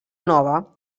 nova